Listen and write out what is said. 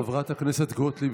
חברת הכנסת גוטליב,